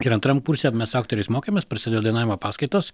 ir antram kurse mes aktoriais mokėmės prasidėjo dainavimo paskaitos